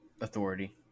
authority